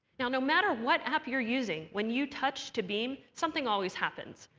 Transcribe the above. now no matter what app you're using, when you touch to beam, something always happens.